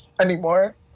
anymore